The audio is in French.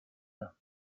bas